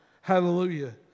hallelujah